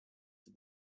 for